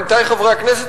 עמיתי חברי הכנסת,